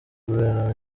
guverinoma